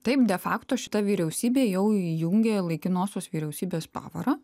taip dėl fakto šita vyriausybė jau įjungė laikinosios vyriausybės pavarą